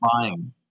buying